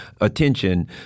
attention